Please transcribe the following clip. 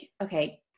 okay